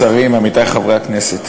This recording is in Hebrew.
השרים, עמיתי חברי הכנסת,